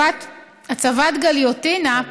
הצבת גיליוטינה,